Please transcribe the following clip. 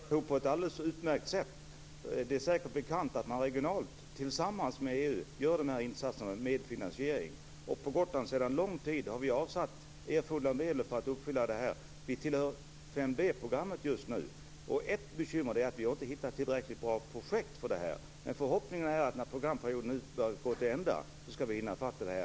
Fru talman! Det går alldeles utmärkt ihop. Det är säkert bekant att man regionalt med medfinansiering av EU gör de här insatserna. Vi har sedan lång tid tillbaka på Gotland avsatt erforderliga medel för att klara det här. Vi tillhör just nu 5 b-programmet, och ett bekymmer är att vi inte har hittat tillräckligt bra projekt. Förhoppningen är dock att vi när programperioden går till ända skall ha hunnit i fatt med detta.